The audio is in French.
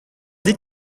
dès